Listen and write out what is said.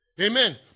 Amen